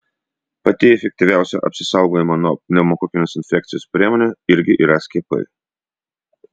pati efektyviausia apsisaugojimo nuo pneumokokinės infekcijos priemonė irgi yra skiepai